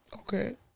Okay